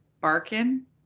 Barkin